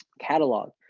catalog.